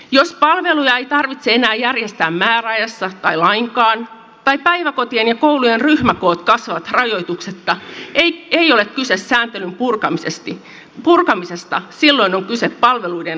jos palveluja ei tarvitse enää järjestää määräajassa tai lainkaan tai päiväkotien ja koulujen ryhmäkoot kasvavat rajoituksetta ei ole kyse sääntelyn purkamisesta vaan silloin on kyse palveluiden leikkauksista